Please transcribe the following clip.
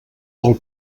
del